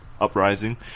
uprising